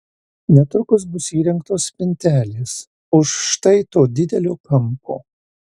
netrukus bus įrengtos spintelės už štai to didelio kampo